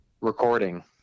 Recording